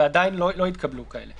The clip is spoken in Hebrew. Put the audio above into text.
ועדיין לא התקבלו כאלה.